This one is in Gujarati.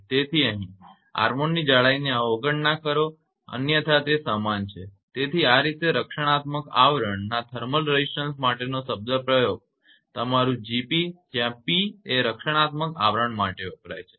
તેથી અહીં આર્મોરની કવચની જાડાઈની અવગણના કરો અન્યથા તે સમાન છે તેથી આ રીતે રક્ષણાત્મક આવરણના થર્મલ રેઝિસ્ટન્સ માટેનો શબ્દપ્રયોગ પદ તમારુ 𝐺𝑝 જ્યાં p એ રક્ષણાત્મક આવરણ માટે વપરાય છે